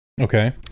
okay